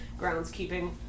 groundskeeping